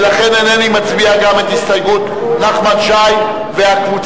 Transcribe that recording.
ולכן אינני מצביע גם על הסתייגות נחמן שי והקבוצה.